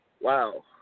Wow